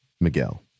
Miguel